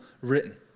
written